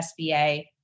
SBA